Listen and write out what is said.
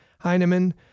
heineman